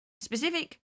Specific